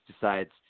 decides